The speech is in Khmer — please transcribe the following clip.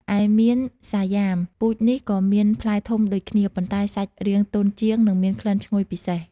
ឯមៀនសាយ៉ាម ពូជនេះក៏មានផ្លែធំដូចគ្នា ប៉ុន្តែសាច់រាងទន់ជាង និងមានក្លិនឈ្ងុយពិសេស។